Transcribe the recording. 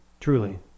truly